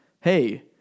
hey